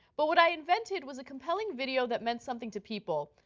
but, what i invented was a compelling video that meant something to people,